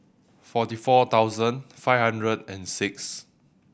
forty four thousand five hundred and six